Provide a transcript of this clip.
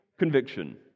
Conviction